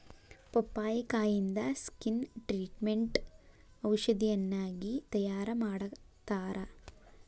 ಪಪ್ಪಾಯಿಕಾಯಿಂದ skin ಟ್ರಿಟ್ಮೇಟ್ಗ ಔಷಧಿಯನ್ನಾಗಿ ತಯಾರಮಾಡತ್ತಾರ